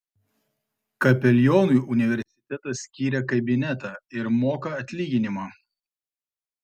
kapelionui universitetas skyrė kabinetą ir moka atlyginimą